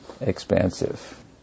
expansive